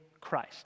Christ